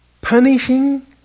punishing